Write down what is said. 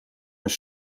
mijn